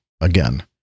again